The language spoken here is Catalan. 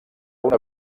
una